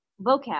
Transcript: vocab